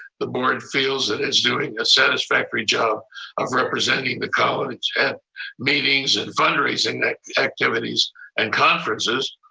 the board feels that it's doing a satisfactory job of representing the college at meetings and fundraising activities and conferences.